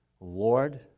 Lord